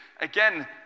Again